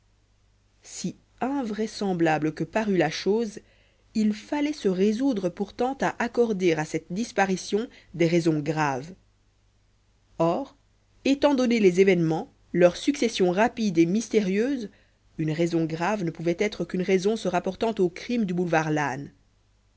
si invraisemblable que parût la chose il fallait se résoudre pourtant à accorder à cette disparition des raisons graves or étant donnés les événements leur succession rapide et mystérieuse une raison grave ne pouvait être qu'une raison se rapportant au crime du boulevard lannes